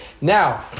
Now